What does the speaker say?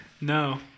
No